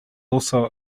also